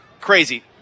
crazy